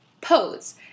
pose